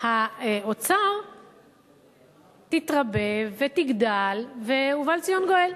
האוצר תתרבה ותגדל, ובא לציון גואל.